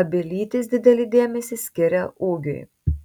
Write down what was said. abi lytys didelį dėmesį skiria ūgiui